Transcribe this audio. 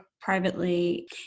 privately